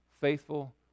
faithful